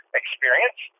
experience